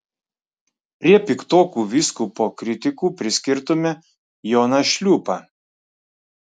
prie piktokų vyskupo kritikų priskirtume joną šliūpą